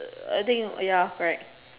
uh I think ya correct